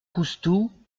coustou